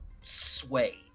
sway